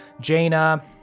Jaina